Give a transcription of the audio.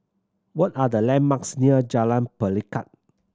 what are the landmarks near Jalan Pelikat